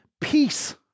peace